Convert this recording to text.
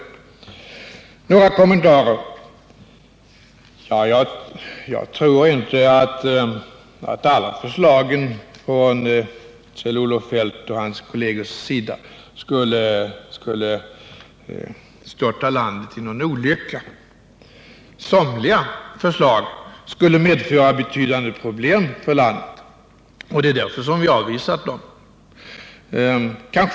Några kommentarer. Jag tror inte att alla förslagen från Kjell-Olof Feldt och hans kolleger skulle störta landet i någon olycka. Somliga förslag skulle medföra betydande problem för landet, och det är därför vi har avvisat dem.